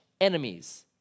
enemies